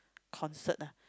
concert ah